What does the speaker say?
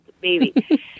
baby